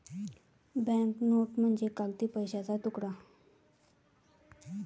bank note म्हणजे कागदी पैशाचा तुकडा